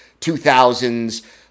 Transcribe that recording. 2000s